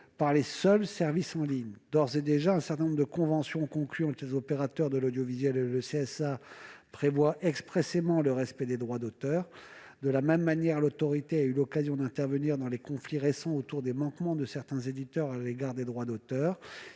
pour les services en ligne. D'ores et déjà, un certain nombre de conventions conclues entre les opérateurs de l'audiovisuel et le CSA prévoient expressément le respect des droits d'auteur. De la même manière, l'autorité de régulation a eu l'occasion d'intervenir dans des conflits récents autour des manquements de certains éditeurs à l'égard des droits d'auteur.